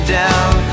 down